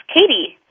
Katie